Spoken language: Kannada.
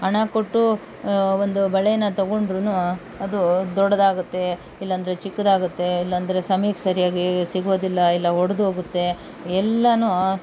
ಹಣ ಕೊಟ್ಟು ಒಂದು ಬಳೆನ ತೊಗೊಂಡ್ರೆನೂ ಅದು ದೊಡ್ಡದಾಗುತ್ತೆ ಇಲ್ಲಾಂದ್ರೆ ಚಿಕ್ಕದಾಗುತ್ತೆ ಇಲ್ಲಾಂದ್ರೆ ಸಮಯಕ್ಕೆ ಸರಿಯಾಗಿ ಸಿಗೋದಿಲ್ಲ ಇಲ್ಲಾ ಒಡ್ದು ಹೋಗುತ್ತೆ ಎಲ್ಲವೂ